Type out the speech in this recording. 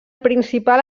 principal